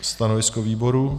Stanovisko výboru?